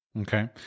Okay